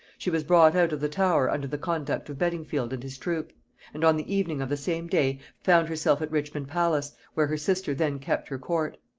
she was brought out of the tower under the conduct of beddingfield and his troop and on the evening of the same day found herself at richmond palace, where her sister then kept her court.